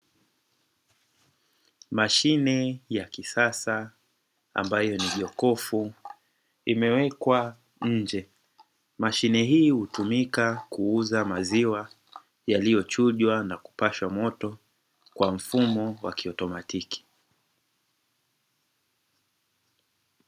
Mashine ya kisasa ambayo ni jokofu imewekwa nje, mashine hii hutumika kuuza maziwa yaliyochujwa na kupashwa moto kwa mfumo wa kiautomatiki.